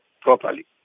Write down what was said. properly